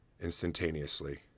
instantaneously